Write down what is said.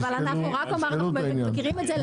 תשקלו את העניין.